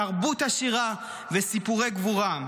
תרבות עשירה וסיפורי גבורה.